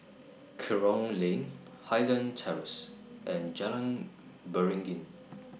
Kerong Lane Highland Terrace and Jalan Beringin